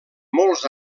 molts